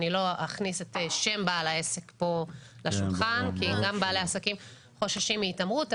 לא אכניס את שם בעל העסק לשולחן כי גם בעלי העסקים חוששים מהתעמרות,